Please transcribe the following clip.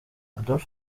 adolf